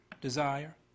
desire